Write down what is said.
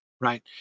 right